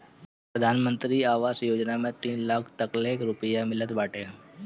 प्रधानमंत्री आवास योजना में तीन लाख तकले रुपिया मिलत बाटे